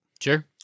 Sure